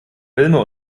filme